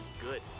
good